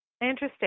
Interesting